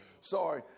Sorry